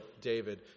David